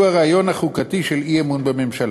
שהוא הרעיון החוקתי של אי-אמון בממשלה.